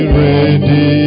ready